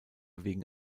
wegen